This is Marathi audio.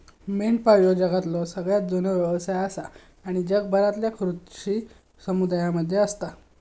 मेंढपाळ ह्यो जगातलो सगळ्यात जुनो व्यवसाय आसा आणि जगभरातल्या कृषी समुदायांमध्ये असता